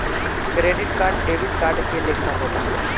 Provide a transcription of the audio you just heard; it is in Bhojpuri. क्रेडिट कार्ड डेबिट कार्ड के लेखा होला